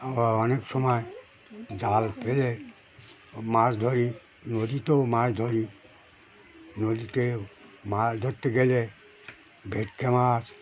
আবার অনেক সময় জাল ফেলে মাছ ধরি নদীতেও মাছ ধরি নদীতে মাছ ধরতে গেলে ভেটকি মাছ